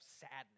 sadness